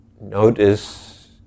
Notice